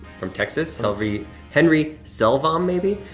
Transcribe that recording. from texas. henry henry selvom, maybe?